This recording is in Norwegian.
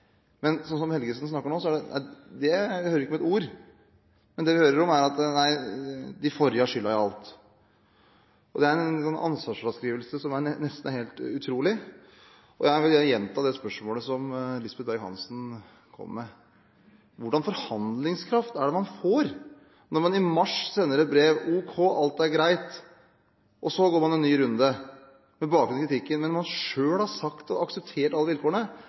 Men vi hører ikke ett ord om det fra Helgesen. Men det vi hører om, er at den forrige regjeringen har skylden for alt. Det er en ansvarsfraskrivelse som er nesten helt utrolig, og jeg vil gjenta spørsmålet som Lisbeth Berg-Hansen kom med: Hva slags forhandlingskraft får man når man i mars sender et brev som sier: ok, alt er greit, og så går man en ny runde, med bakgrunn i kritikken, når man selv har akseptert alle vilkårene?